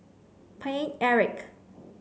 Paine Eric